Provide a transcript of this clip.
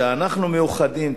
אני רוצה לומר: כשאנחנו מאוחדים,